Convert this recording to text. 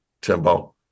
Timbo